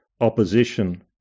opposition